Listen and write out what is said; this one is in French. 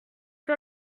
sur